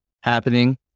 happening